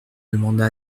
demanda